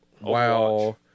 WoW